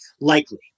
likely